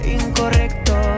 incorrecto